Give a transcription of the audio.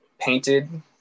painted